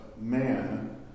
man